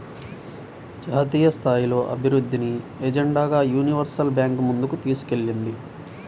జాతీయస్థాయిలో అభివృద్ధిని ఎజెండాగా యూనివర్సల్ బ్యాంకు ముందుకు తీసుకెళ్తుంది